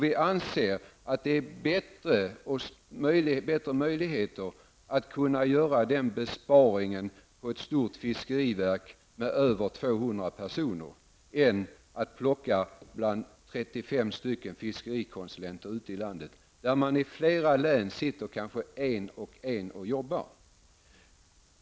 Vi anser att det finns bättre möjligheter att kunna göra den besparingen på ett stort fiskeriverk med över 200 personer än att plocka bland 35 fiskerikonsulenter ute i landet. I flera län arbetar man kanske en och en.